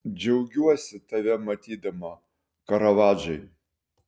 džiaugiuosi tave matydama karavadžai